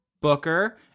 Booker